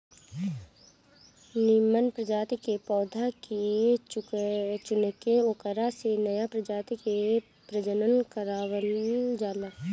निमन प्रजाति के पौधा के चुनके ओकरा से नया प्रजाति के प्रजनन करवावल जाला